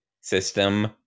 system